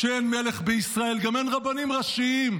כשאין מלך בישראל, גם אין רבנים ראשיים.